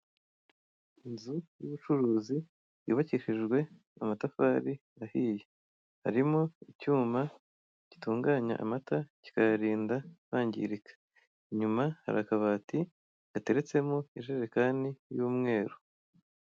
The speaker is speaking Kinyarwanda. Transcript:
Inzu y'ubucuruzi yubakishijwe amatafari ahiye arimo icyuma gitunganya amata kikayarinda kwangirika inyuma hari akabati gateretsemo ijerekani y'umweru.